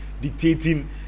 dictating